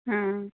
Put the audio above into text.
हाँ